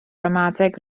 ramadeg